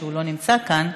שלא נמצא כאן.